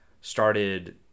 started